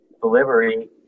delivery